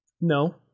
No